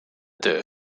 töö